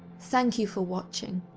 thank you for watching.